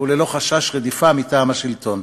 וללא חשש רדיפה מטעם השלטון.